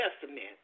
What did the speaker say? Testament